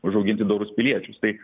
užauginti dorus piliečius tai